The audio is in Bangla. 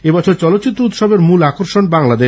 এবছর চলচ্চিত্র উৎসবের মূল আকর্ষণ বাংলাদেশ